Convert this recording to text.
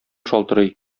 шалтырый